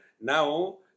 now